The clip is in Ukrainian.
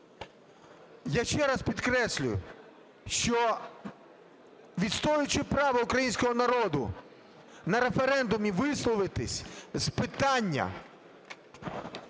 Я ще раз підкреслюю, що відстоюючи право українського народу на референдумі висловитися з питання